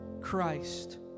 Christ